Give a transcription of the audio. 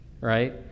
right